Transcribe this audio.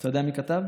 אתה יודע מי כתב?